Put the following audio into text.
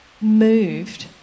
moved